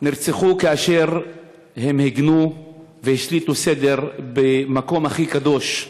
נרצחו כאשר הם הגנו והשליטו סדר במקום הכי קדוש,